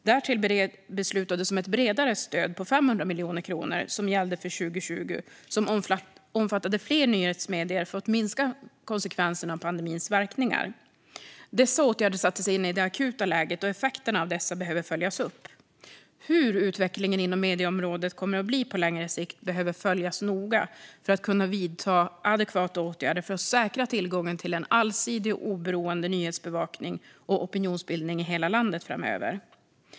Därtill beslutades om ett bredare stöd på 500 miljoner kronor som gällde för 2020 och som omfattade fler nyhetsmedier för att minska konsekvenserna av pandemins verkningar. Dessa åtgärder sattes in i det akuta läget, och effekterna av dessa behöver följas upp. Hur utvecklingen inom medieområdet kommer att bli på längre sikt behöver följas noga för att man ska kunna vidta adekvata åtgärder för att säkerställa tillgången till allsidig och oberoende nyhetsbevakning och opinionsbildning i hela landet framöver.